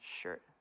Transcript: shirt